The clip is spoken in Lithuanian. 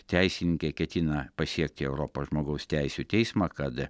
teisininkė ketina pasiekti europos žmogaus teisių teismą kad